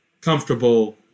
comfortable